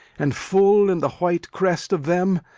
and, full in the white crest of them,